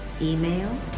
email